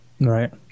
Right